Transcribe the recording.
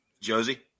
Josie